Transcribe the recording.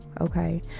okay